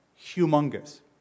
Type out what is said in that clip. humongous